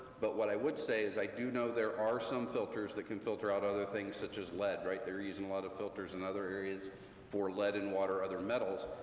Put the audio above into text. but what i would say is i do know there are some filters that can filter out other things, such as lead, right, they're using a lot of filters in other areas for lead and water, other metals.